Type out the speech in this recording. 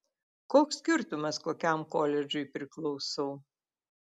koks skirtumas kokiam koledžui priklausau